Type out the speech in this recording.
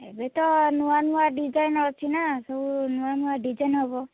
ଏବେ ତ ନୂଆ ନୂଆ ଡିଜାଇନ୍ ଅଛି ନା ସବୁ ନୂଆ ନୂଆ ଡିଜାଇନ୍ ହବ